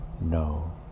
no